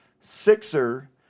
Sixer